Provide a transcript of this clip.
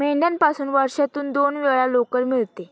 मेंढ्यापासून वर्षातून दोन वेळा लोकर मिळते